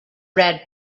red